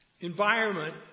environment